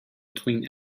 between